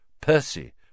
Percy